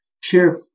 Sheriff